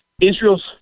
Israel's